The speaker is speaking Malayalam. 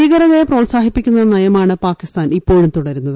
ഭീകരതയെ പ്രോത്സാഹിപ്പിക്കുന്ന നയമാണ് പാകിസ്ഥാൻ ഇപ്പോഴും തുടരുന്നത്